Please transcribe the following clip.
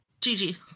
Gigi